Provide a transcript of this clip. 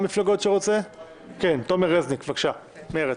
תומר רזניק ממרצ,